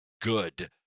good